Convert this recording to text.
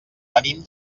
venim